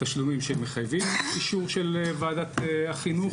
תשלומים שמחייבים אישור של ועדת החינוך